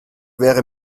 wäre